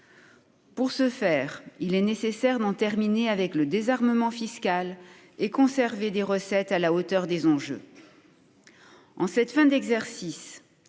Pour ce faire, il est nécessaire d'en finir avec le désarmement fiscal et de conserver des recettes à la hauteur des enjeux. En cette fin d'exercice,